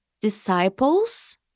disciples